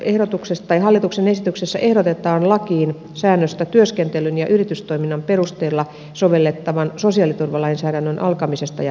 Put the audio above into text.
tässä hallituksen esityksessä ehdotetaan lakiin säännöstä työskentelyn ja yritystoiminnan perusteella sovellettavan sosiaaliturvalainsäädännön alkamisesta ja päättymisestä